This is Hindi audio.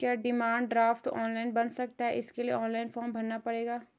क्या डिमांड ड्राफ्ट ऑनलाइन बन सकता है इसके लिए हमें ऑनलाइन फॉर्म भरना पड़ेगा?